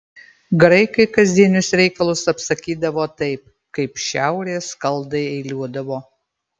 graikai kasdienius reikalus apsakydavo taip kaip šiaurės skaldai eiliuodavo